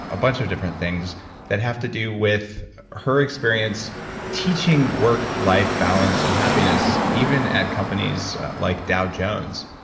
a bunch of different things that have to do with her experience teaching work life balance and happiness even at companies like dow jones.